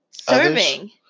Serving